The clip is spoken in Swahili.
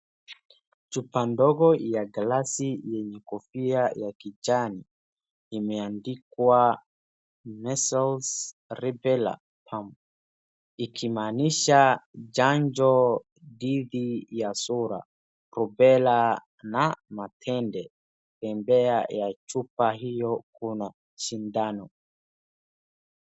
Chupa ndogo ya glasi yenye kofia ya kijani. Imeandikwa Measles , Rubella , Mumps , ikimaanisha chanjo dhidi ya surua, rubela na matende. Pembea ya chupa hiyo kuna sindano.